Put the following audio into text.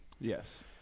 yes